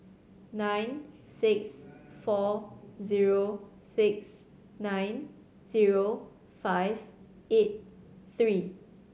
nine six four zero six nine zero five eight three